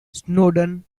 snowden